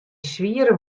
swiere